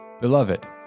Beloved